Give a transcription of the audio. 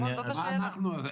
אני שואל לגבי ה"אנחנו".